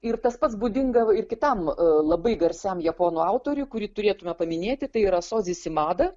ir tas pats būdinga ir kitam labai garsiam japonų autoriui kurį turėtume paminėti taiyra sodzi simada